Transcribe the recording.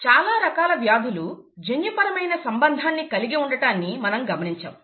చాలా రకాల వ్యాధులు జన్యుపరమైన సంబంధాన్ని కలిగి ఉండటాన్ని మనం గమనించాం